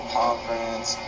conference